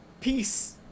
peace